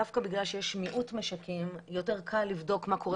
שדווקא בגלל שיש מיעוט משקים יותר קל לבדוק מה קורה